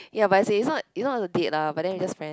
ya but as in is not is not a date ah but then we just went